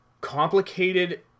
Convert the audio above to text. complicated